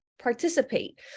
participate